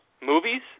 Movies